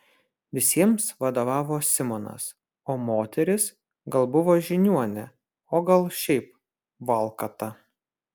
visiems vadovavo simonas o moteris gal buvo žiniuonė o gal šiaip valkata